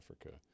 Africa